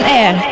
air